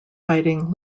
fighting